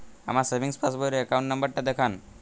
আমার সেভিংস পাসবই র অ্যাকাউন্ট নাম্বার টা দেখান?